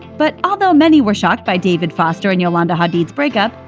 but although many were shocked by david foster and yolanda hadid's breakup,